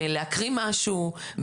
בלהקריא משהו,